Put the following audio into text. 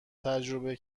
تجربه